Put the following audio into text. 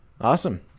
Awesome